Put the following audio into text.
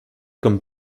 comme